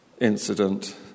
incident